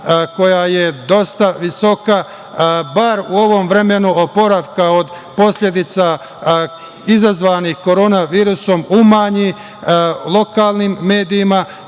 koja je dosta visoka, bar u ovom vremenu oporavka od posledica izazvanih korona virusom umanji lokalnim medijima,